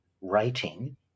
writing